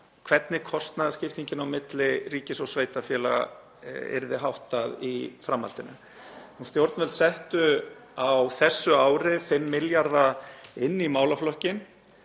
hvernig kostnaðarskiptingu milli ríkis og sveitarfélaga yrði háttað í framhaldinu. Stjórnvöld settu á þessu ári 5 milljarða í málaflokkinn